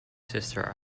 sister